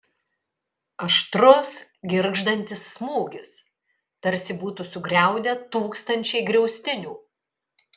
aštrus girgždantis smūgis tarsi būtų sugriaudę tūkstančiai griaustinių